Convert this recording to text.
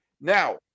Now